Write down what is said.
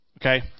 Okay